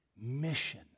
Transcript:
mission